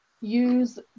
use